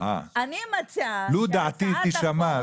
אני מציעה --- לו דעתי תישמע,